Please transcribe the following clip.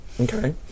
okay